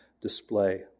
display